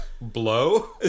Blow